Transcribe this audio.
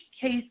case